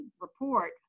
report